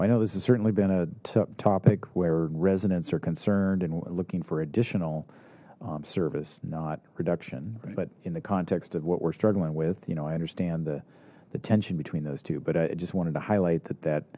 i know this has certainly been a topic where residents are concerned and looking for additional service not reduction but in the context of what we're struggling with you know i understand the tension between those two but i just wanted to highlight that